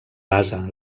base